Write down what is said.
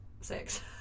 six